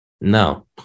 No